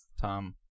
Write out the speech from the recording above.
Tom